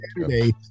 Saturday